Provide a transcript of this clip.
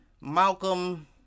Malcolm